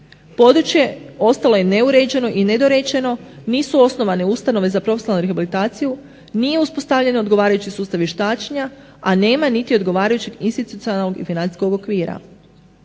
Područje ostalo je neuređeno i nedorečeno, nisu osnovane ustanove za profesionalnu rehabilitaciju, nije uspostavljen odgovarajući sustav vještačenja, a nema niti odgovarajućeg institucionalnog i financijskog okvira.